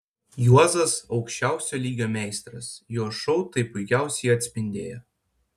juozas aukščiausio lygio meistras jo šou tai puikiausiai atspindėjo